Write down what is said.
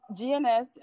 gns